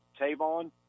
Tavon